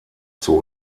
zur